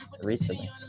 recently